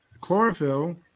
chlorophyll